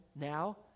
now